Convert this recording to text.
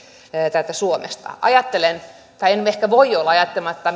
täältä suomesta ajattelen ehkä en voi olla ajattelematta